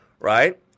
right